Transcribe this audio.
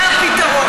היה פתרון,